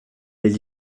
les